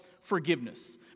forgiveness